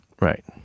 right